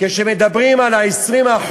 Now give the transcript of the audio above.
כשמדברים על ה-20%,